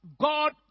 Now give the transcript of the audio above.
God